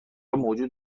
موجود